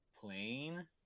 Plane